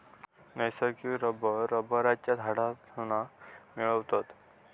नैसर्गिक रबर रबरच्या झाडांतना मिळवतत